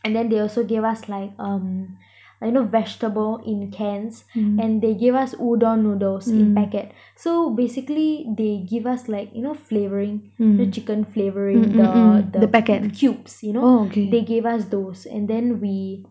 and then they also gave us like um like you know vegetable in cans and they give us udon noodles in packet so basically they give us like you know flavouring the chicken flavouring the the cubes you know they gave us those and then we